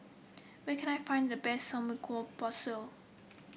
where can I find the best Samgyeopsal